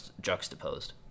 juxtaposed